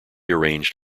arranged